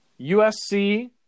USC